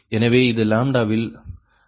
எனவே இது லாம்ப்டாவில் மதிப்பு ஆகும்